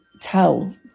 tell